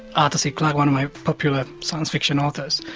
arthur c clarke, one of my popular science-fiction authors,